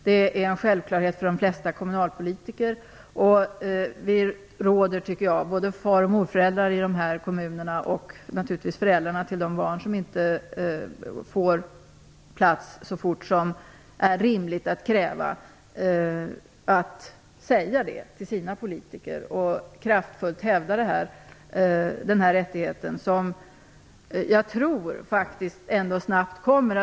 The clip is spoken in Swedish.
Det bäddar för politikermisstroende när man inte kan leva upp till de uppsatta målen.